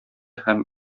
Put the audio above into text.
һәм